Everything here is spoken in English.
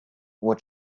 what